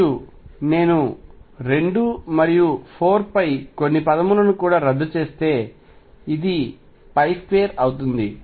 మరియు నేను 2 మరియు 4π కొన్ని పదములను రద్దు చేస్తే ఇది 2అవుతుంది